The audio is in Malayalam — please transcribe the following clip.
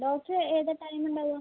ഡോക്ടറ് ഏത് ടൈമാണ് ഉണ്ടാവുക